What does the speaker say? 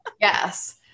yes